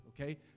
okay